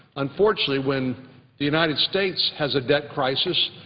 unfortunately, when the united states has a debt crisis,